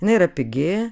jinai yra pigi